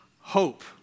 hope